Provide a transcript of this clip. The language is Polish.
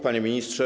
Panie Ministrze!